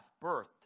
birth